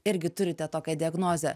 irgi turite tokią diagnozę